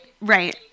Right